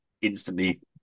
instantly